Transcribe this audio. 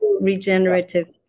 regenerative